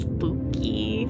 Spooky